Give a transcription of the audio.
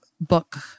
book